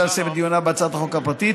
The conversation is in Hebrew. לסיים את דיוניה בהצעת החוק הפרטית.